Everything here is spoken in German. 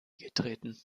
getreten